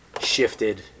shifted